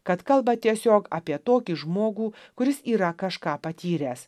kad kalba tiesiog apie tokį žmogų kuris yra kažką patyręs